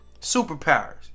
Superpowers